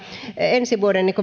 ensi vuoden